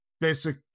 basic